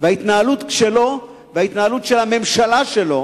וההתנהלות שלו וההתנהלות של הממשלה שלו